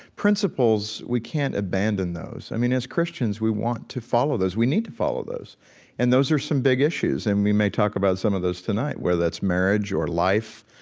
principles, we can't abandon those. i mean, as christians, we want to follow those. we need to follow those and those are some big issues and we may talk about some of those tonight, whether it's marriage or life,